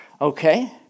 okay